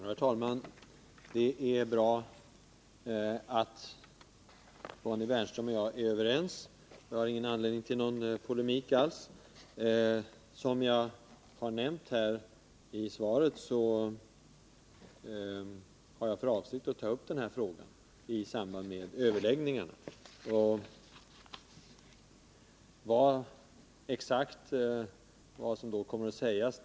Herr talman! Det är bra att Bonnie Bernström och jag är överens. Jag har alltså ingen anledning att gå i debatt. Som jag har nämnt i svaret har jag för avsikt att ta upp den här frågan i samband med överläggningarna med Kommunförbundet.